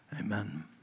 Amen